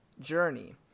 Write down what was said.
Journey